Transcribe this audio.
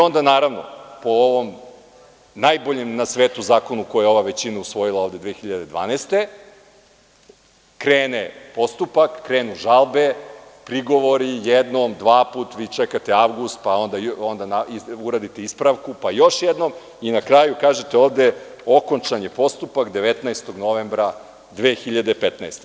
Onda, naravno, po ovom najboljem na svetu zakonu koji je ova većina usvojila ovde 2012. godine, krene postupak, krenu žalbe, prigovori jednom, dvaput, vi čekate avgust, pa onda uradite ispravku, pa još jednom i na kraju kažete ovde – okončan je postupak 19. novembra 2015. godine.